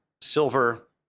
silver